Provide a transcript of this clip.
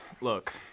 Look